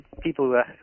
people